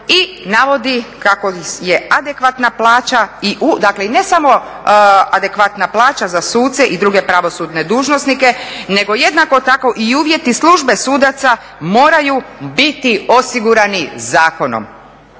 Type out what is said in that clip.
i navodi kako je adekvatna plaća i dakle ne samo adekvatna plaća za suce i druge pravosudne dužnosnike, nego jednako tako i uvjeti službe sudaca moraju biti osigurani zakonom